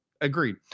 Agreed